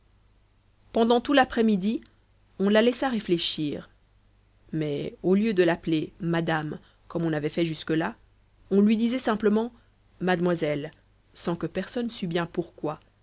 pendant tout l'après-midi on la laissa réfléchir mais au lieu de l'appeler madame comme on avait fait jusque-là on lui disait simplement mademoiselle sans que personne sût bien pourquoi